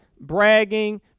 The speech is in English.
bragging